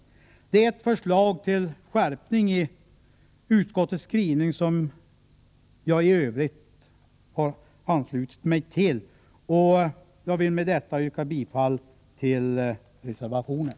Den innebär ett förslag till skärpning i utskottets skrivning, som jag i övrigt har anslutit mig till. Jag yrkar bifall till den reservationen, som är betecknad nr 1.